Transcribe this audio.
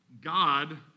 God